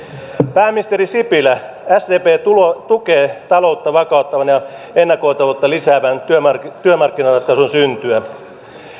pääministeri sipilä sdp tukee taloutta vakauttavan ja ennakoitavuutta lisäävän työmarkkinaratkaisun syntyä